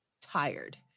tired